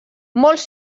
molts